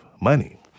money